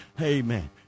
Amen